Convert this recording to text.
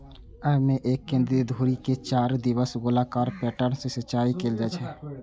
अय मे एक केंद्रीय धुरी के चारू दिस गोलाकार पैटर्न सं सिंचाइ कैल जाइ छै